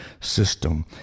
system